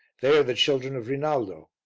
they are the children of rinaldo.